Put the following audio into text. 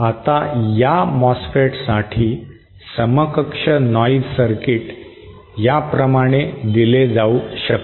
आता या मॉसफेटसाठी समकक्ष नॉइज सर्किट याप्रमाणे दिले जाऊ शकते